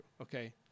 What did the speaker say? okay